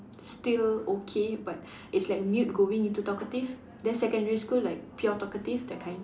still okay but it's like mute going into talkative then secondary school like pure talkative that kind